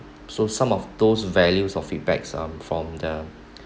so some of those values of feedback um from the